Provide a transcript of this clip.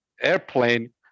airplane